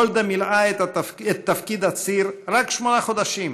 גולדה מילאה את תפקיד הציר רק שמונה חודשים,